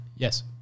Yes